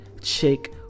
chick